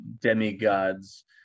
demigods